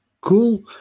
cool